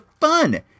fun